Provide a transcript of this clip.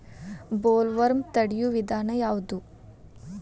Bollworm ತಡಿಯು ವಿಧಾನ ಯಾವ್ದು?